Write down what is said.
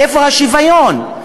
איפה השוויון?